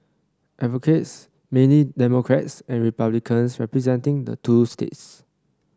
advocates mainly Democrats and Republicans representing the two states